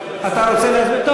אתה רוצה להצביע?